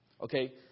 Okay